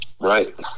Right